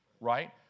right